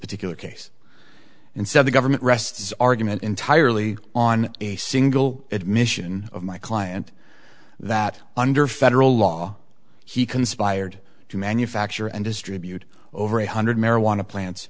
particular case and said the government rests argument entirely on a single admission of my client that under federal law he conspired to manufacture and distribute over eight hundred marijuana plants